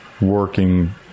working